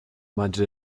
meinte